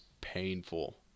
painful